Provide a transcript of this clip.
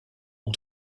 ont